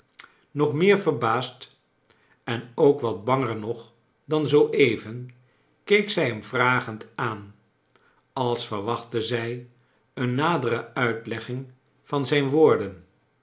nog meer verbaasd en ook wat banger nog dan zoo even keek zrj hem vragend aan als verwachtte zij een nadere uitlegging van zijn woorden